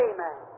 Amen